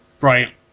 right